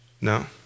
No